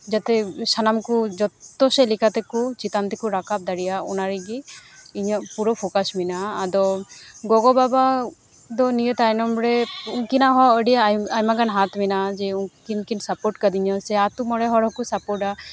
ᱡᱟᱛᱮ ᱥᱟᱱᱟᱢ ᱠᱚ ᱡᱚᱛᱚ ᱥᱮᱜ ᱞᱮᱠᱟ ᱛᱮᱠᱚ ᱪᱮᱛᱟᱱ ᱛᱮᱠᱚ ᱨᱟᱠᱟᱵᱽ ᱫᱟᱲᱮᱭᱟᱜ ᱚᱱᱟ ᱨᱮᱜᱮ ᱤᱧᱟᱹᱜ ᱯᱩᱨᱟᱹ ᱯᱷᱳᱠᱟᱥ ᱢᱟᱱᱟᱜᱼᱟ ᱟᱫᱚ ᱜᱚᱜᱚᱼᱵᱟᱵᱟ ᱫᱚ ᱱᱤᱭᱟᱹ ᱛᱟᱭᱱᱚᱢ ᱨᱮ ᱩᱱᱠᱤᱱᱟᱜ ᱦᱚᱸ ᱟᱹᱰᱤ ᱟᱭᱢᱟᱜᱟᱱ ᱦᱟᱛ ᱢᱮᱱᱟᱜᱼᱟ ᱡᱮ ᱩᱱᱠᱤᱱ ᱠᱤᱱ ᱥᱟᱯᱳᱨᱴ ᱠᱟᱫᱤᱧᱟ ᱥᱮ ᱟᱛᱳ ᱢᱚᱬᱮ ᱦᱚᱲ ᱦᱚᱸᱠᱚ ᱥᱟᱯᱳᱨᱴᱼᱟ